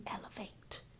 elevate